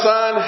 Son